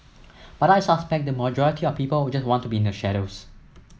but I suspect the majority of people just want to be in the shadows